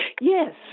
yes